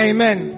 Amen